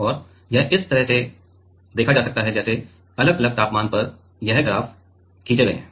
और यह इस तरह से जाता है जैसे अलग अलग तापमान पर यह ग्राफ खींचे जाते हैं